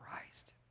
Christ